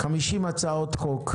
50 הצעות חוק,